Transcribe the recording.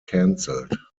canceled